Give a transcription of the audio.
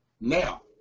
now